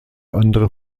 andere